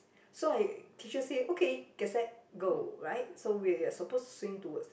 so I teacher say okay get set go right so we supposed to swim towards